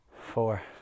four